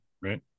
Right